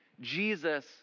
Jesus